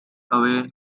away